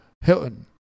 Hilton